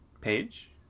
page